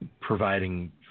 providing